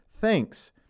thanks